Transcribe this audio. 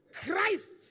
Christ